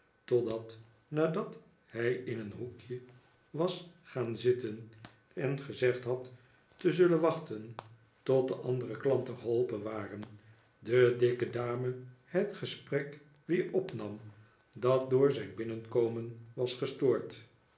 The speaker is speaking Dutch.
totdat nadat hij in een hoekje was gaan zitten en gezegd had te zullen wachten tot de andere klanten geholpen waren de dikke dame het gesprek weer opnam dat door zijn binnenkomen was gestoord